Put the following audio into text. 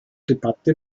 debatte